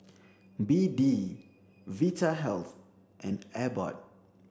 B D Vitahealth and Abbott